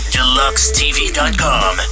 Deluxetv.com